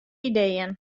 ideeën